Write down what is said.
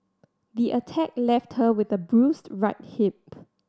the attack left her with a bruised right hip